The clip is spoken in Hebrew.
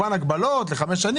אפשר לשים לו הגבלות לחמש שנים